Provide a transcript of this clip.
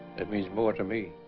that means more to me